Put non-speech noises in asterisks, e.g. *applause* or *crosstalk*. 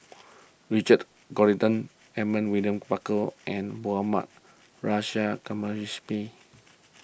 Richard Corridon Edmund William Barker and Mohammad Nurrasyid *unintelligible*